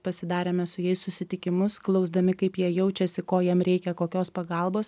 pasidarėme su jais susitikimus klausdami kaip jie jaučiasi ko jiem reikia kokios pagalbos